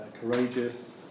courageous